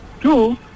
Two